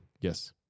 Yes